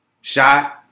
Shot